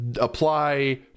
apply